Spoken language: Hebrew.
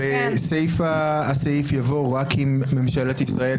בסיפא הסעיף יבוא "רק אם ממשלת ישראל